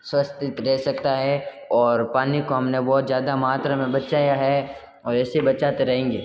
स्वस्थत रह सकता है और पानी को हम ने बहुत ज़्यादा मात्रा में बचाया है और ऐसे बचाते रहेंगे